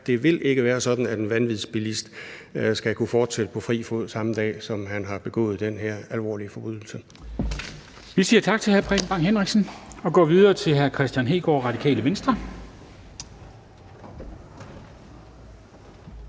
Det vil ikke være sådan, at en vanvidsbilist skal kunne fortsætte på fri fod samme dag, som han har begået den her alvorlige forbrydelse. Kl. 10:30 Formanden (Henrik Dam Kristensen): Vi siger tak til hr. Preben Bang Henriksen og går videre til hr. Kristian Hegaard, Radikale Venstre.